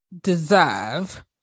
deserve